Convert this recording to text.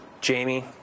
Jamie